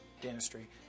dentistry